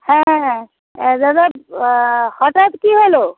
হ্যাঁ হ্যাঁ দাদা হঠাৎ কী হলো